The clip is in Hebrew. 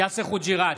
יאסר חוג'יראת,